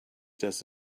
does